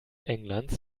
englands